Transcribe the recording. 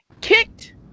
kicked